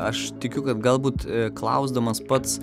aš tikiu kad galbūt klausdamas pats